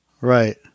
Right